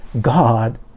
God